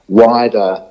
wider